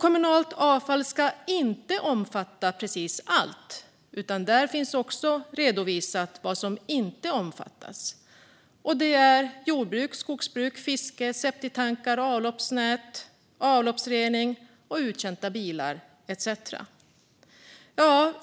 Kommunalt avfall ska inte omfatta precis allt, utan det finns också redovisat vad som inte omfattas av detta. Det är jordbruk, skogsbruk, fiske, septitankar, avloppsnät och avloppsrening, uttjänta bilar etcetera.